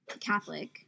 Catholic